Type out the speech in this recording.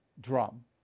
drum